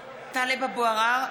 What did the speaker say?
(קוראת בשמות חברי הכנסת) טלב אבו עראר,